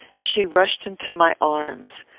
she rushed into my arms.